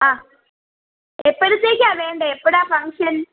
ആ എപ്പോഴത്തേക്കാണ് വേണ്ടത് എപ്പോഴാണ് ഫംഗ്ഷൻ